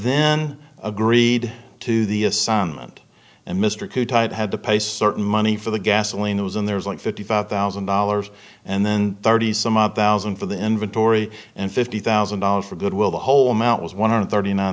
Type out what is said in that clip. then agreed to the assignment and mr coote tied had to pay certain money for the gasoline it was in there was like fifty five thousand dollars and then thirty some odd thousand for the inventory and fifty thousand dollars for goodwill the whole amount was one hundred